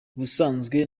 ubusanzwe